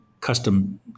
custom